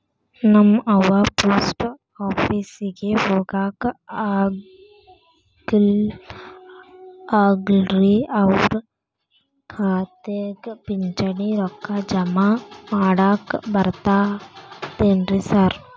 ನಮ್ ಅವ್ವ ಪೋಸ್ಟ್ ಆಫೇಸಿಗೆ ಹೋಗಾಕ ಆಗಲ್ರಿ ಅವ್ರ್ ಖಾತೆಗೆ ಪಿಂಚಣಿ ರೊಕ್ಕ ಜಮಾ ಮಾಡಾಕ ಬರ್ತಾದೇನ್ರಿ ಸಾರ್?